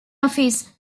office